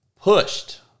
pushed